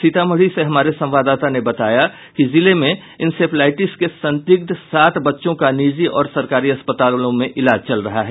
सीतामढ़ी से हमारे संवाददाता ने बताया कि जिले में इंसेफ्लाईटिस के संदिग्ध सात बच्चों का निजी और सरकारी अस्पतालों में इलाज चल रहा है